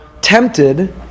tempted